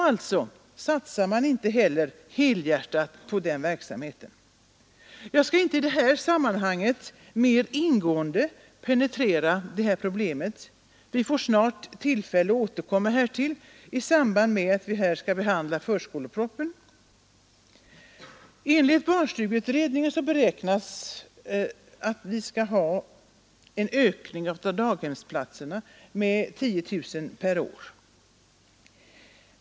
Alltså satsar man inte heller helhjärtat på verksamheten. Jag skall inte i det här sammanhanget mer ingående penetrera detta problem — vi får snart tillfälle att återkomma härtill i samband med att vi skall behandla förskolepropositionen. Enligt barnstugeutredningen beräknas att antalet daghemsplatser skall öka med 10000 per år.